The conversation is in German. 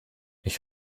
ich